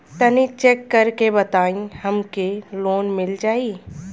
तनि चेक कर के बताई हम के लोन मिल जाई?